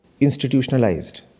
institutionalized